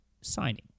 signing